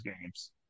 games